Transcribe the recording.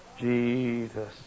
Jesus